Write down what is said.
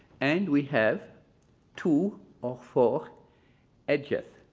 and we have two or four edges.